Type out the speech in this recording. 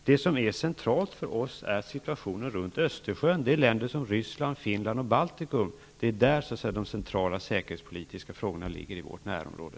Det centrala för oss är situationen runt Östersjön. Det gäller länder som Ryssland, Finland och Baltikum. Det är där de centrala säkerhetspolitiska frågorna finns i vårt närområde.